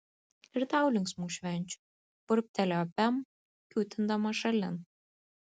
ir tau linksmų švenčių burbtelėjo pem kiūtindama šalin